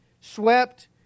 swept